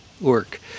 work